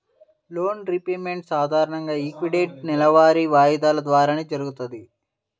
loan repayment సాధారణంగా equated నెలవారీ వాయిదాల ద్వారానే జరుగుతది